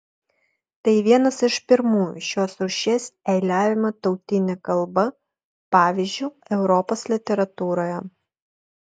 tai vienas iš pirmųjų šios rūšies eiliavimo tautine kalba pavyzdžių europos literatūroje